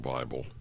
Bible